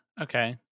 Okay